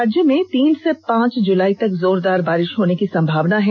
राज्य में तीन से पांच जुलाई तक जोरदार बारिश होने की संभावना है